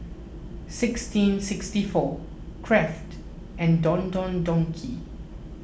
sixteen sixty four Kraft and Don Don Donki